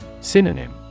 Synonym